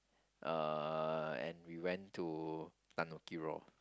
uh and we went to Tanuki-Raw